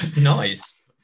nice